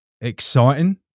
exciting